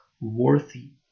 worthy